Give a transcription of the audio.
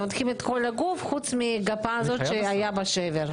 הם מבטחים את כל הגוף חוץ מגפה הזאת שהיה בה שבר.